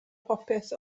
popeth